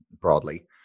broadly